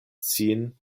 sin